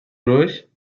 gruix